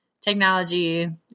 technology